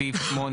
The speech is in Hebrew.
סעיף 8,